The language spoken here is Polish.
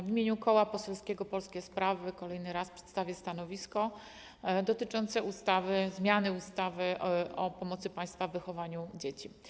W imieniu Koła Poselskiego Polskie Sprawy kolejny raz przedstawię stanowisko dotyczące zmiany ustawy o pomocy państwa w wychowywaniu dzieci.